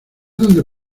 donde